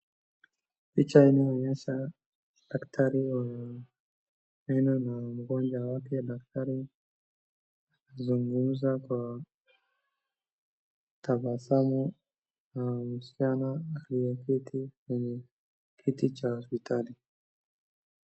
Picha inayoonyesha daktari wa meno na mgonjwa wake. Daktari anazungumza kwa tabasamu na msichana ameketi kwenye kiti cha hospitali.